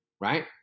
right